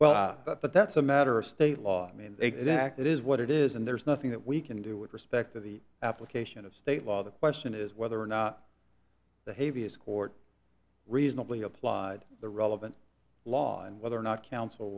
well but that's a matter of state law i mean exactly it is what it is and there's nothing that we can do with respect to the application of state law the question is whether or not the heaviest court reasonably applied the relevant law and whether or not counsel